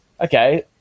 okay